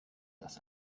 das